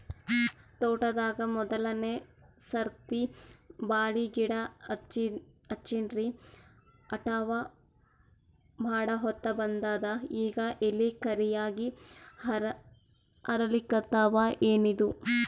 ತೋಟದಾಗ ಮೋದಲನೆ ಸರ್ತಿ ಬಾಳಿ ಗಿಡ ಹಚ್ಚಿನ್ರಿ, ಕಟಾವ ಮಾಡಹೊತ್ತ ಬಂದದ ಈಗ ಎಲಿ ಕರಿಯಾಗಿ ಹರಿಲಿಕತ್ತಾವ, ಏನಿದು?